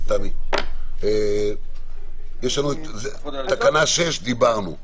על תקנה 6 דיברנו.